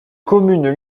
communes